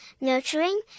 nurturing